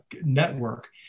network